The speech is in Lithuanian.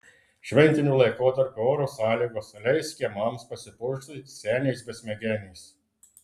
šventiniu laikotarpiu oro sąlygos leis kiemams pasipuošti seniais besmegeniais